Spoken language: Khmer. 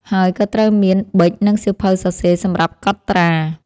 ហើយក៏ត្រូវមាន ប៊ិក និងសៀវភៅសរសេរសម្រាប់កត់ត្រា។